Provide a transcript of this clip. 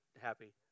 happy